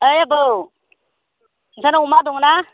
ओइ आबौ नोंसानाव अमा दङना